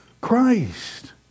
Christ